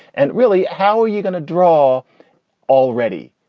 and really, how are you going to draw already?